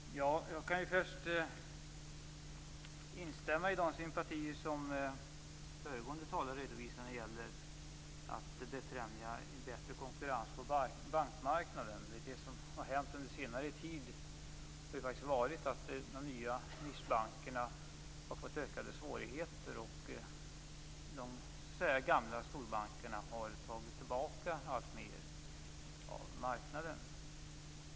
Fru talman! Jag kan först instämma i de sympatier som föregående talare redovisade när det gäller att befrämja en bättre konkurrens på bankmarknaden. Det som har hänt under senare tid är att de nya nischbankerna har fått ökade svårigheter. De gamla storbankerna har tagit tillbaka alltmer av marknaden.